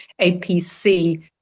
APC